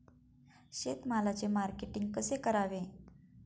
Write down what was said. शेतमालाचे मार्केटिंग कसे करावे?